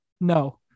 No